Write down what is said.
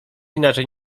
inaczej